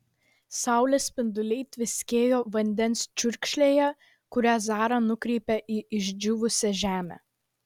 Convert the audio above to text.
saulės spinduliai tviskėjo vandens čiurkšlėje kurią zara nukreipė į išdžiūvusią žemę